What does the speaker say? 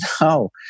no